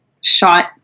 shot